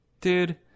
Dude